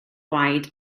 gwaed